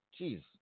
Jeez